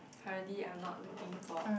currently I am not looking for